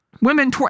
women